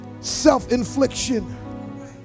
Self-infliction